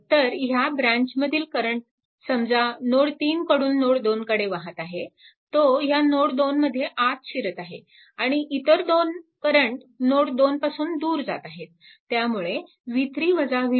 तर ह्या ब्रँच मधील करंट समजा नोड 3 कडून नोड 2 कडे वाहत आहे तो ह्या नोड 2 मध्ये आत शिरत आहे आणि इतर दोन करंट नोड 2 पासून दूर जात आहेत